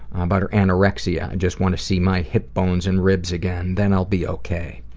um about her anorexia, i just want to see my hip bones and ribs again then i'll be ok.